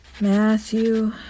Matthew